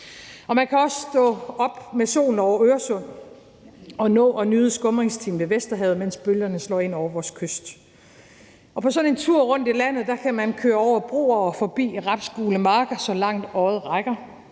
Man kan også stå op med solen over Øresund og nå at nyde skumringstimen ved Vesterhavet, mens bølgerne slår ind over vores kyst. På sådan en tur rundt i landet kan man køre over broer og forbi rapsgule marker, så langt øjet rækker.